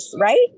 right